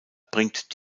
bringt